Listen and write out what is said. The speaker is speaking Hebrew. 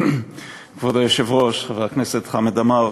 כבוד היושב-ראש, חבר הכנסת חמד עמאר,